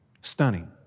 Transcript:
stunning